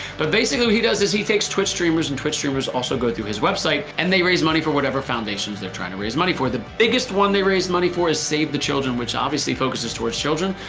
but basically he does is he takes twitch streamers and twitch streamers also go through his website and they raise money for whatever foundations, they're trying to raise money for. the biggest one they raised money for is save the children which obviously focuses towards children,